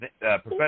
Professor